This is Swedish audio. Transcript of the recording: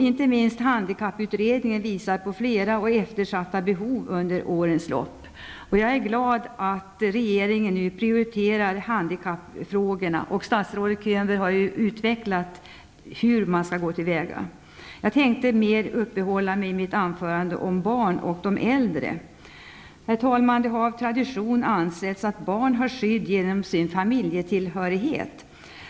Inte minst handikapputredningen visar på flera och eftersatta behov under årens lopp. Jag är glad över att regeringen prioriterar handikappfrågorna. Statsrådet Könberg har utvecklat hur regeringen skall gå till väga. Jag tänkte i mitt anförande uppehålla mig mer vid frågan om barnen och de äldre. Herr talman! Det har av tradition ansetts att barn har skydd genom sin familjetillhörighet.